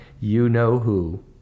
you-know-who